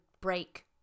break